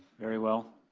very well.